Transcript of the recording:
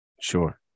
Sure